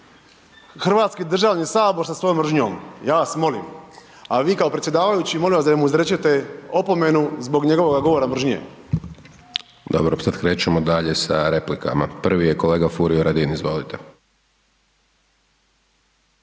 Hrvatski državni sabor sa svojom mržnjom, ja vas molim. A vi kao predsjedavajući molim da u izrečete opomenu zbog njegovoga govora mržnje. **Hajdaš Dončić, Siniša (SDP)** Dobro, sad krećemo dalje sa replikama, prvi je kolega Furio Radin, izvolite.